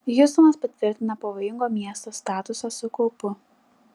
hjustonas patvirtina pavojingo miesto statusą su kaupu